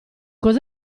cosa